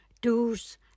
do's